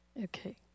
Okay